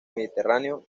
mediterráneo